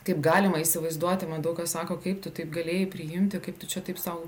kaip galima įsivaizduoti mam daug kas sako kaip tu taip galėjai priimti kaip tu čia taip sau